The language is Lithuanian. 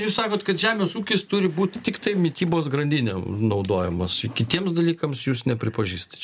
jūs sakot kad žemės ūkis turi būti tiktai mitybos grandinė naudojamos kitiems dalykams jūs nepripažįstat